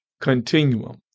continuum